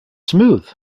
smooth